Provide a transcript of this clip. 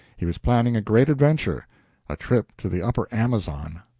he was planning a great adventure a trip to the upper amazon!